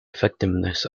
effectiveness